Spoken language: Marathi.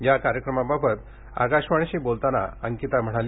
या कार्यक्रमाबाबत आकाशवाणीशी बोलताना ती म्हणाली